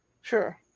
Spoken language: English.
Sure